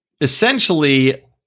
essentially